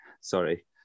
Sorry